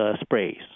sprays